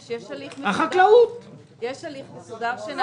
יש הליך מסודר שנעשה.